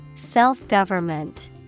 Self-government